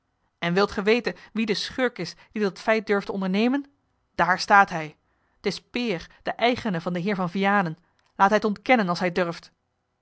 en wilt ge weten wie de schurk is die dat feit durfde ondernemen daar staat hij t is peer de eigene van den heer van vianen laat hij het ontkennen als hij durft